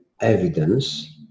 evidence